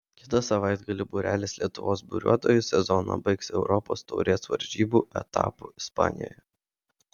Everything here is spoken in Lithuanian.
kitą savaitgalį būrelis lietuvos buriuotojų sezoną baigs europos taurės varžybų etapu ispanijoje